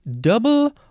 Double